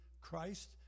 Christ